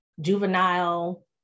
juvenile